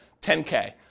10K